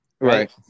right